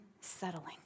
settling